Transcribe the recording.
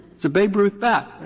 it's a babe ruth bat.